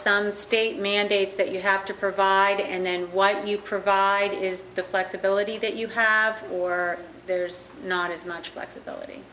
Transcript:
some state mandates that you have to provide and then why don't you provide is the flexibility that you have or there's not as much flexibility